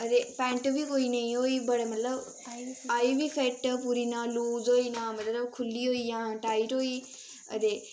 अदे पैंट बी कोई नेईं होई बड़े मतलब आई बी फिट्ट पूरी नां लूज होई नां मतलब खुल्ली होई जां टाइट होई अदे